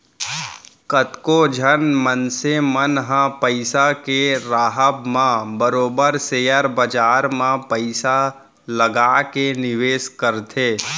कतको झन मनसे मन ह पइसा के राहब म बरोबर सेयर बजार म पइसा लगा के निवेस करथे